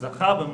"זכה", במירכאות,